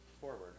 forward